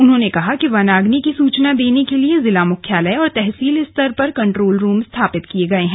उन्होंने कहा कि वनाग्नि की सूचना देने के लिए जिला मुख्यालय और तहसील स्तर पर कन्ट्रोल रूम स्थापित किये गए हैं